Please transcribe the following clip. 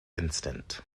instant